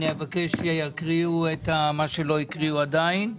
אני אבקש שיקריאו את מה שלא הקריאו עדיין,